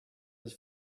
his